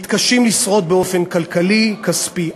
מתקשה לשרוד באופן כלכלי כספי.